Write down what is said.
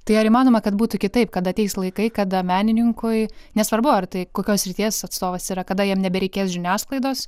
tai ar įmanoma kad būtų kitaip kad ateis laikai kada menininkui nesvarbu ar tai kokios srities atstovas yra kada jam nebereikės žiniasklaidos